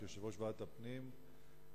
כיושב-ראש ועדת הפנים לשעבר,